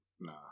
nah